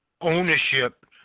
ownership